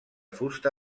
fusta